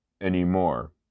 anymore